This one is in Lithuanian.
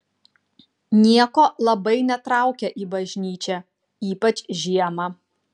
nieko labai netraukia į bažnyčią ypač žiemą